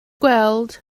gweld